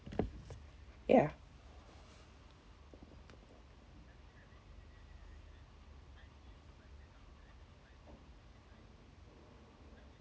ya